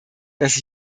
dass